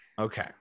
Okay